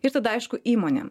ir tada aišku įmonėm